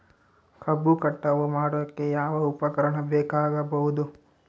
ಕಬ್ಬು ಕಟಾವು ಮಾಡೋಕೆ ಯಾವ ಉಪಕರಣ ಬೇಕಾಗಬಹುದು?